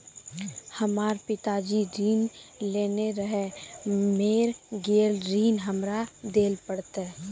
हमर पिताजी ऋण लेने रहे मेर गेल ऋण हमरा देल पड़त?